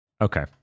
Okay